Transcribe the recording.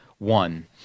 one